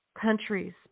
countries